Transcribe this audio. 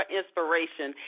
inspiration